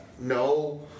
No